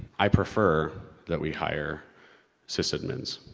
i prefer that we hire sysadmins,